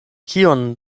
kion